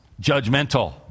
judgmental